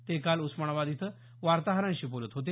ते काल उस्मानाबाद इथं वार्ताहरांशी बोलत होते